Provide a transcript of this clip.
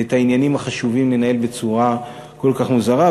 ואת העניינים החשובים לנהל בצורה כל כך מוזרה.